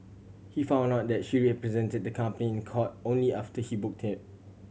he found out that she represented the company in court only after he booked